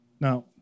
Now